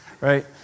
Right